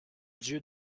dieu